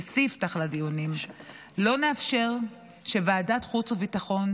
כספתח לדיונים: לא נאפשר שוועדת חוץ וביטחון